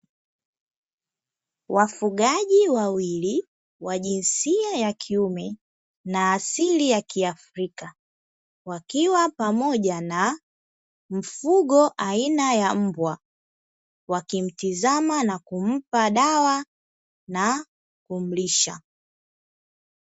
Wafugaji wawili wa jinsia ya kiume na asili ya kiafrika wakiwa pamoja na mfugo aina ya mbwa wakimtizama na kumpa dawa na kumlisha.